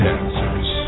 answers